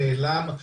נעלם,